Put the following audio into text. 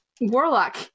warlock